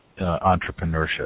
entrepreneurship